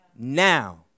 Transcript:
Now